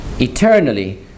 Eternally